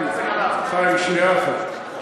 חיים, שנייה אחת.